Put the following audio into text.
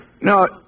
No